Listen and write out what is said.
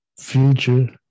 Future